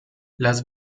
las